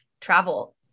travel